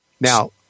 Now